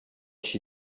she